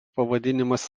pavadinimas